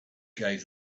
gave